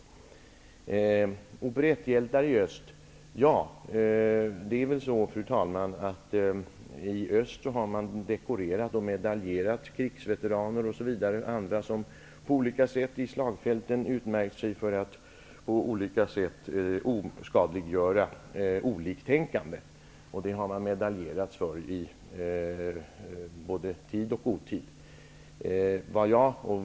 Angående operetthjältar i öst vill jag framhålla att man där har dekorerat och medaljerat krigsveteraner och andra som på olika sätt på slagfälten utmärkt sig för att ha oskadliggjort oliktänkande. Det har man medaljerats för i både tid och otid.